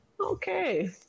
okay